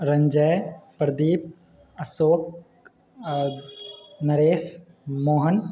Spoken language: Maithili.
रंजय प्रदीप अशोक नरेश मोहन